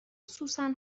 سوسن